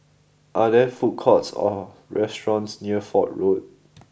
are there food courts or restaurants near Fort Road